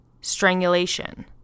Strangulation